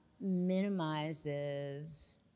minimizes